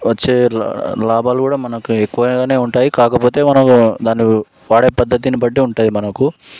వచ్చే లాభాలు కూడా మనకి ఎక్కువగానే ఉంటాయి కాకపోతే మనము దాని వాడే పద్ధతిని బట్టి ఉంటాయి మనకు